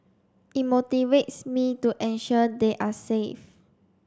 it motivates me to ensure they are safe